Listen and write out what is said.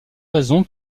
raison